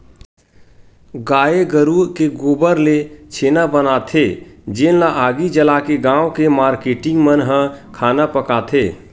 गाये गरूय के गोबर ले छेना बनाथे जेन ल आगी जलाके गाँव के मारकेटिंग मन ह खाना पकाथे